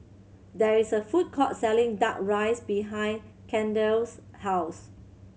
there is a food court selling Duck Rice behind Kendell's house